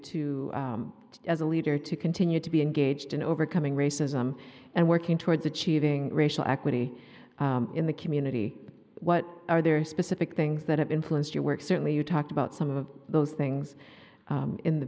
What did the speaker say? to as a leader to continue to be engaged in overcoming racism and working towards achieving racial equity in the community what are there specific things that have influenced your work certainly you talked about some of those things in the